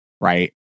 right